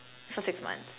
for six months